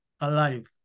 alive